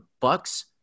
Bucks